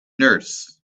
nurse